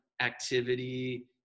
activity